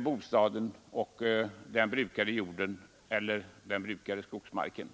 bostaden och den brukade jorden eller den brukade skogsmarken.